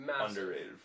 Underrated